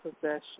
possession